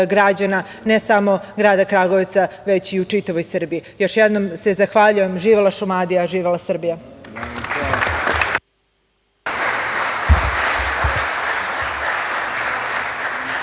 građana, ne samo grada Kragujevca, već i u čitavoj Srbiji. Još jednom se zahvaljujem. Živela Šumadija! Živela Srbija!